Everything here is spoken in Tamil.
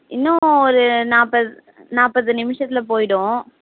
இன்னும் ஒரு நாற்பது நாற்பது நிமிஷத்தில் போயிவிடும்